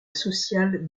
sociale